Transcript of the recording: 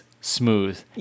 smooth